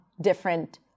different